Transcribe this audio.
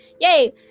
Yay